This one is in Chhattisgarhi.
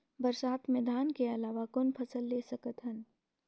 बरसात मे धान के अलावा कौन फसल ले सकत हन?